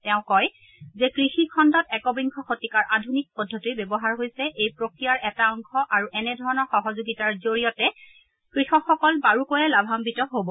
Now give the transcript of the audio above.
তেওঁ কয় যে কৃষি খণ্ডত একবিংশ শতিকাৰ আধুনিক পদ্ধতিৰ ব্যৱহাৰ হৈছে এই প্ৰক্ৰিয়াৰ এটা অংশ আৰু এনে ধৰণৰ সহযোগিতাৰ জৰিয়তে কৃষকসকল বাৰুকৈয়ে লাভান্বিত হ'ব